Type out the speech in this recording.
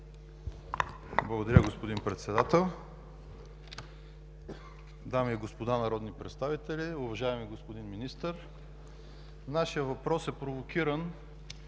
Благодаря, господин Председател. Дами и господа народни представители, уважаеми господин Министър! Нашият въпрос е провокиран